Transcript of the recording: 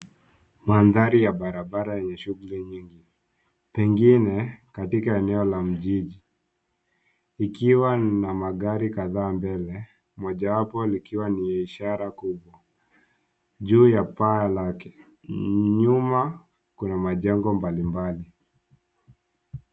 Mandhari ya barabara yenye shughuli nyingi, pengine katika eneo la mjini, likiwa lina magari kadhaa mbele. Mojawapo likiwa ni ishara kubwa juu ya paa lake. Nyuma kuna majengo mbalimbali.